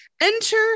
enter